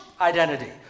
identity